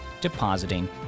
depositing